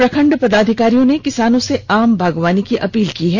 प्रखंड पदाधिकारियों ने किसानों से आम बागवानी की अपील की है